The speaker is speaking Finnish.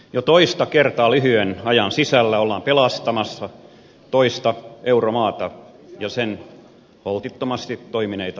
jo toista kertaa lyhyen ajan sisällä ollaan pelastamassa toista euromaata ja sen holtittomasti toimineita pankkeja